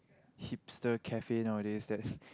hipster cafe nowadays that